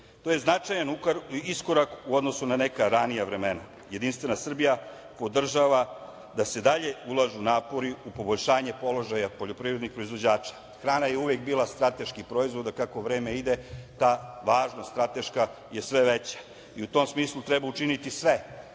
To je značajan iskorak u odnosu na neka ranija vremena. Jedinstvena Srbija podržava da se dalje ulažu napori u poboljšanje položaja poljoprivrednih proizvođača. Hrana je uvek bila strateški proizvod, a kako vreme ide ta važnost strateška je sve veća, i u tom smislu treba učiniti sve